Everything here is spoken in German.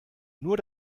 nur